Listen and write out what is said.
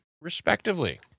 respectively